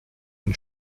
ihn